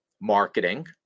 marketing